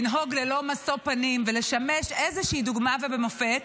קודם כול לנהוג ללא משוא פנים ולשמש איזושהי דוגמה ומופת,